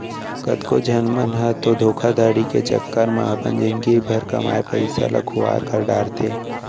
कतको झन मन ह तो धोखाघड़ी के चक्कर म अपन जिनगी भर कमाए पइसा ल खुवार कर डारथे